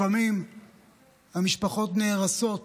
לפעמים המשפחות נהרסות